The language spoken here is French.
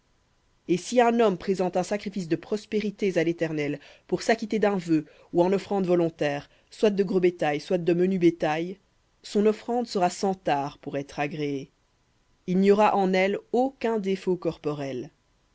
et si un homme présente un sacrifice de prospérités à l'éternel pour s'acquitter d'un vœu ou en offrande volontaire soit de gros bétail soit de menu bétail sera sans tare pour être agréée il n'y aura en elle aucun défaut corporel